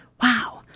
wow